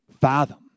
fathom